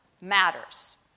matters